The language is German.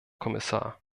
kommissar